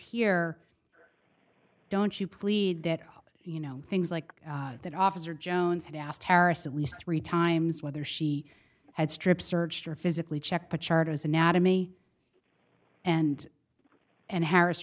here don't you plead that you know things like that officer jones had asked harris at least three times whether she had strip searched or physically checked the charges anatomy and and harris